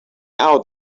out